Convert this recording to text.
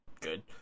good